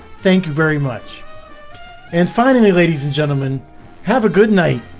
thank you very much and finally ladies and gentlemen have a good night